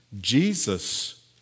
Jesus